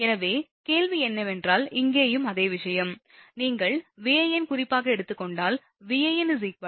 எனவே கேள்வி என்னவென்றால் இங்கேயும் அதே விஷயம் நீங்கள் Van குறிப்பாக எடுத்துக் கொண்டால் Van Van∠0°